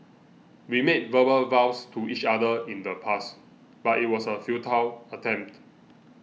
we made verbal vows to each other in the past but it was a futile attempt